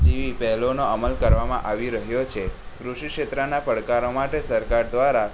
જેવી પહેલોનો અમલ કરવામાં આવી રહ્યો છે કૃષિ ક્ષેત્રના પડકારો માટે સરકાર દ્વારા